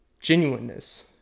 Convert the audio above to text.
genuineness